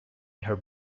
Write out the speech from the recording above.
her